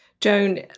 Joan